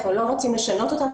אנחנו לא רוצים לשנות אותם,